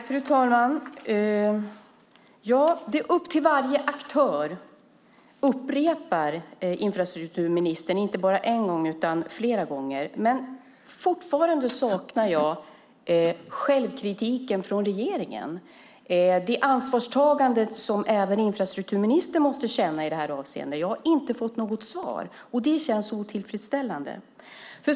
Fru talman! Det är upp till varje aktör, upprepar infrastrukturministern inte bara en gång utan flera gånger. Men fortfarande saknar jag självkritiken från regeringen och det ansvarstagande som även infrastrukturministern måste känna i det här avseendet. Jag har inte fått något svar, och det känns otillfredsställande.